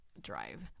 drive